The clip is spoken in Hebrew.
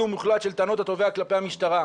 ומוחלט של טענות התובע כלפי המשטרה.